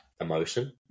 emotion